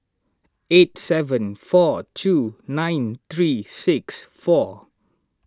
eight seven four two nine three six four